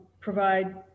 provide